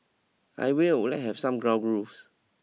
I will let's have some ground rules